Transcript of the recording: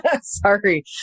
sorry